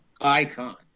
icon